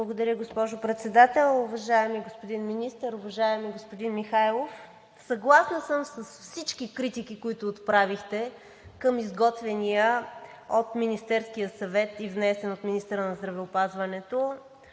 Благодаря, госпожо Председател. Уважаеми господин Министър! Уважаеми господин Михайлов, съгласна съм с всички критики, които отправихте към изготвения от Министерския съвет и внесен от министъра на здравеопазването